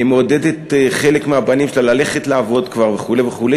מעודדת חלק מהבנים שלה ללכת לעבוד כבר וכו' וכו',